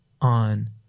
on